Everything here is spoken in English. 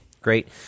Great